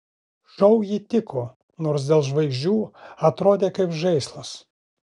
šou ji tiko nors dėl žvaigždžių atrodė kaip žaislas